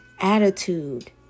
attitude